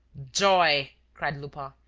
joy! cried lupin.